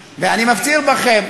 לכם,